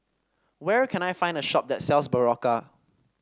where can I find a shop that sells Berocca